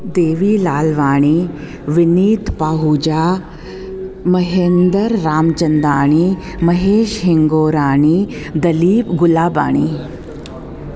Devi Lalwani Vineet Pahuja Mahendra Ramchandani Mahesh Hingorani Dalip Gulabani